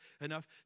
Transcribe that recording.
enough